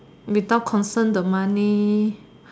without concern the money